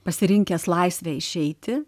pasirinkęs laisvę išeiti